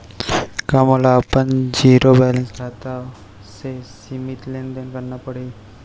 का मोला अपन जीरो बैलेंस खाता से सीमित लेनदेन करना पड़हि?